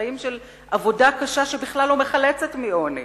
חיים של עבודה קשה שבכלל לא מחלצת מעוני,